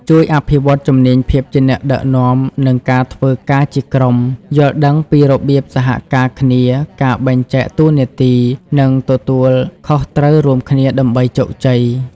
ជួយអភិវឌ្ឍជំនាញភាពជាអ្នកដឹកនាំ និងការធ្វើការជាក្រុម យល់ដឹងពីរបៀបសហការគ្នា ការបែងចែកតួនាទី និងទទួលខុសត្រូវរួមគ្នាដើម្បីជោគជ័យ។